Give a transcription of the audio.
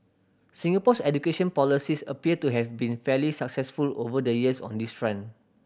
Singapore's education policies appear to have been fairly successful over the years on this rant